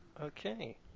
okay